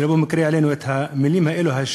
לא במקרה העלינו את שתי המילים האלה.